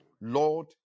Lord